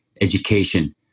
education